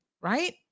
right